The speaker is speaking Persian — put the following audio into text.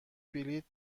بلیط